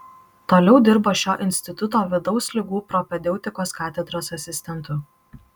toliau dirbo šio instituto vidaus ligų propedeutikos katedros asistentu